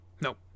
nope